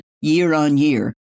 year-on-year